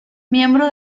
miembro